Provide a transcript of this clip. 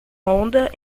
onda